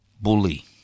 bully